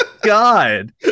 God